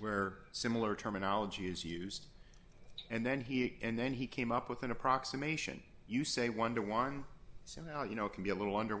where similar terminology is used and then he and then he came up with an approximation you say one to one so now you know it can be a little under